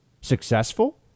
successful